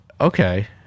Okay